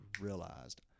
realized